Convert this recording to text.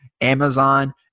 Amazon